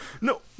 no